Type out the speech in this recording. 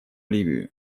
ливию